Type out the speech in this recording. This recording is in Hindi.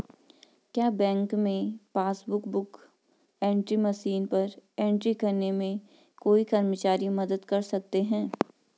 क्या बैंक में पासबुक बुक एंट्री मशीन पर एंट्री करने में कोई कर्मचारी मदद कर सकते हैं?